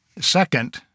Second